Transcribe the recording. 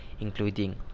including